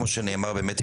כמו שנאמר באמת,